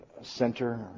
center